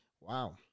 Wow